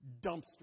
dumpster